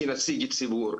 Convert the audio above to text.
כנציג ציבור.